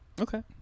Okay